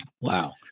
Wow